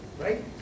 Right